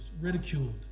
ridiculed